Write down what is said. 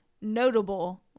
notable